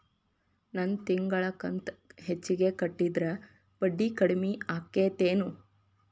ನನ್ ತಿಂಗಳ ಕಂತ ಹೆಚ್ಚಿಗೆ ಕಟ್ಟಿದ್ರ ಬಡ್ಡಿ ಕಡಿಮಿ ಆಕ್ಕೆತೇನು?